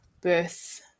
birth